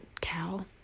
cow